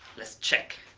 let's check!